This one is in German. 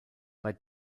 bei